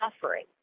suffering